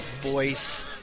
voice